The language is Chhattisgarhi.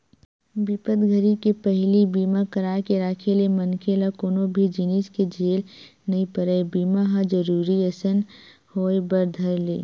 बिपत घरी के पहिली बीमा करा के राखे ले मनखे ल कोनो भी जिनिस के झेल नइ परय बीमा ह जरुरी असन होय बर धर ले